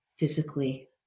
physically